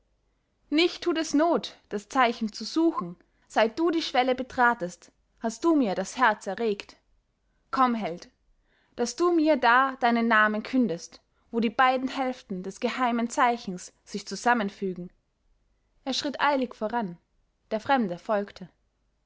nicht tut es not das zeichen zu suchen seit du die schwelle betratest hast du mir das herz erregt komm held daß du mir da deinen namen kündest wo die beiden hälften des geheimen zeichens sich zusammenfügen er schritt eilig voran der fremde folgte